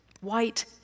White